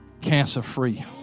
cancer-free